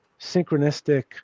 synchronistic